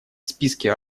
списке